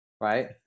right